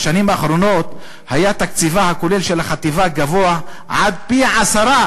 בשנים האחרונות היה תקציבה הכולל של החטיבה גבוה עד פי-עשרה